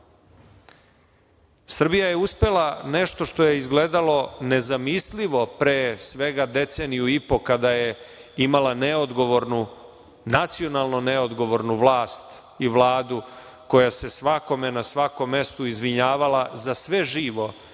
je uspela nešto što je izgledalo nezamislivo pre svega deceniju i po, kada je imala neodgovornu, nacionalno neodgovornu vlast i Vladu koja se svakome, na svakom mestu, izvinjavala za sve živo